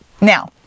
Now